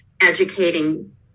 educating